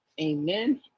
Amen